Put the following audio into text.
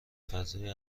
فضای